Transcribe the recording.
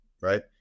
Right